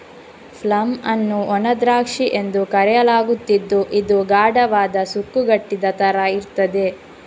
plum ಅನ್ನು ಒಣ ದ್ರಾಕ್ಷಿ ಎಂದು ಕರೆಯಲಾಗುತ್ತಿದ್ದು ಇದು ಗಾಢವಾದ, ಸುಕ್ಕುಗಟ್ಟಿದ ತರ ಇರ್ತದೆ